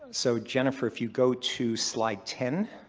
so jennifer, if you go to slide ten,